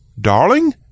darling